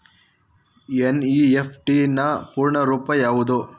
NEFT ನ ಪೂರ್ಣ ರೂಪ ಯಾವುದು?